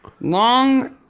long